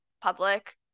public